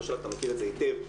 אתה מכיר את זה היטב.